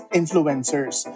influencers